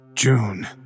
June